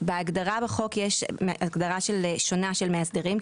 בהגדרה בחוק יש הגדרה שונה של מאסדרים,